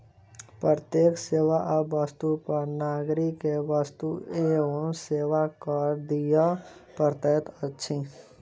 प्रत्येक सेवा आ वस्तु पर नागरिक के वस्तु एवं सेवा कर दिअ पड़ैत अछि